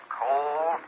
cold